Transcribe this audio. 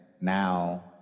Now